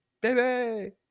Baby